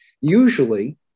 Usually